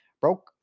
Broke